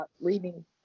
reading